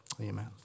Amen